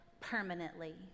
permanently